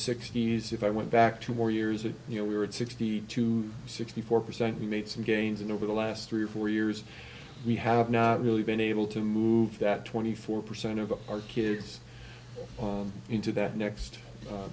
sixty's if i went back to more years of you know we were at sixty to sixty four percent we made some gains and over the last three or four years we have not really been able to move that twenty four percent of our kids on into that next